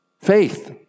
Faith